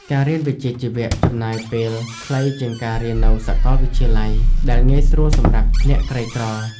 ការរៀនវិជ្ជាជីវៈចំណាយពេលខ្លីជាងការរៀននៅសកលវិទ្យាល័យ ដែលងាយស្រួលសម្រាប់អ្នកក្រីក្រ។